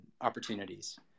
opportunities